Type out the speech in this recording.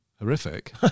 horrific